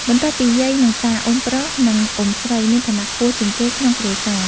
បន្ទាប់ពីយាយ និងតា អ៊ុំប្រុស និងអ៊ុំស្រីមានឋានៈខ្ពស់ជាងគេក្នុងគ្រួសារ។